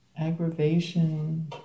aggravation